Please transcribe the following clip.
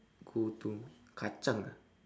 go to kacang ah